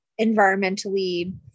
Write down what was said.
environmentally